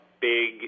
big